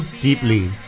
deeply